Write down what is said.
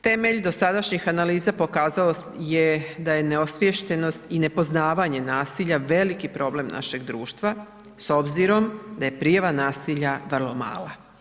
Temelj dosadašnjih analiza pokazao je da je neosviještenost i nepoznavanje nasilja veliki problem našeg društva, s obzirom da je prijava nasilja vrlo mala.